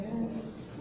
Yes